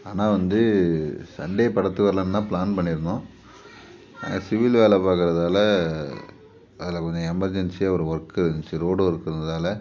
ஆனால் வந்து சண்டே படத்துக்கு வரலான்னு தான் ப்ளான் பண்ணியிருந்தோம் ஆனால் சிவில் வேலை பார்க்கறதால அதில் கொஞ்சம் எமர்ஜென்சியாக ஒரு ஒர்க்கு இருந்துச்சி ரோடு ஒர்க் இருந்ததால்